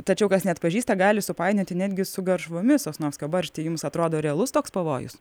tačiau kas neatpažįsta gali supainioti netgi su garšvomis sosnovskio barštį jums atrodo realus toks pavojus